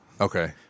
Okay